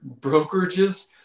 brokerages